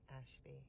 Ashby